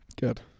Good